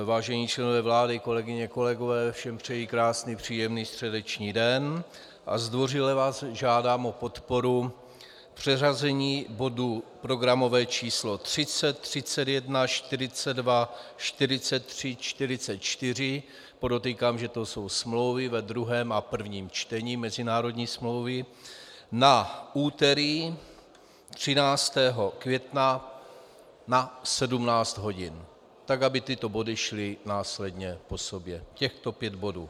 Vážení členové vlády, kolegyně, kolegové, všem přeji krásný středeční den a zdvořile vás žádám o podporu přeřazení bodů programové číslo 30, 31, 42, 43, 44 podotýkám, že to jsou smlouvy ve druhém a prvním čtení, mezinárodní smlouvy na úterý 13. května na 17 hodin, tak aby tyto body šly následně po sobě, těchto pět bodů.